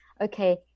okay